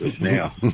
Now